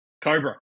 Cobra